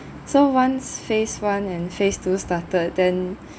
so once phase one and phase two started then